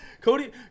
Cody